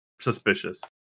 suspicious